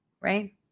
right